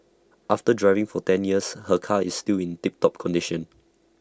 after driving for ten years her car is still in tip top condition